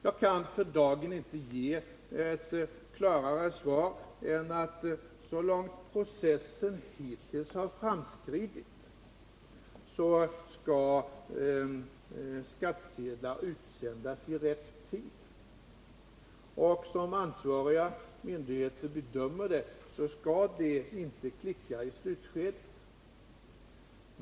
Jag kan för dagen inte ge ett klarare svar än detta: Så långt processen hittills har framskridit skall skattsedlar utsändas i rätt tid, och såsom ansvariga myndigheter bedömer det skall det inte klicka i slutskedet.